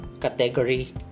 category